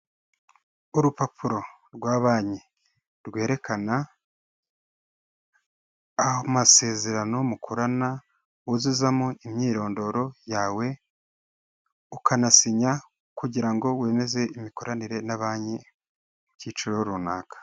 Urupapuro rwa banki, rwerekana amasezerano mukorana wuzuzamo imyirondoro yawe, ukanasinya kugira ngo wemeze imikoranire na banki mu cyiciro runaka.